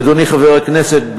אדוני חבר הכנסת,